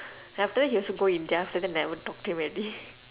after that he also go india after that never talk to him already